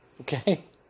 Okay